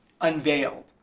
unveiled